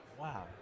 Wow